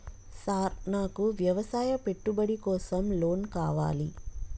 Sir నాకు వ్యవసాయ పెట్టుబడి కోసం లోన్ కావాలి?